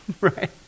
Right